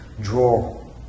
draw